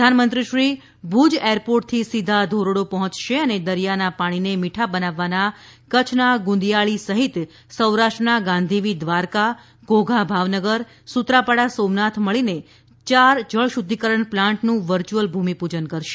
પ્રધાનમંત્રીશ્રી ભુજ એરપોર્ટથી સીધા ધોરડો પહોંચશે અને દરિયાના પાણીને મીઠા બનાવવાના કચ્છના ગુંદિયાળી સહિત સૌરાષ્ટ્રના ગાંધીવી દ્વારકા ઘોઘા ભાવનગર સુત્રાપાડા સોમનાથ મળીને ચાર ડિસેલીનેશન પ્લાન્ટનું વર્ચ્યુઅલ ભૂમિપૂજન કરશે